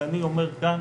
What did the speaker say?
ואני אומר כאן,